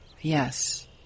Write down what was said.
Yes